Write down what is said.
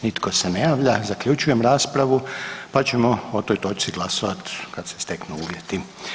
Nitko se ne javlja. ¬Zaključujem raspravu pa ćemo o toj točci glasovat kad se steknu uvjeti.